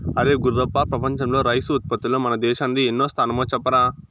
అరే గుర్రప్ప ప్రపంచంలో రైసు ఉత్పత్తిలో మన దేశానిది ఎన్నో స్థానమో చెప్పరా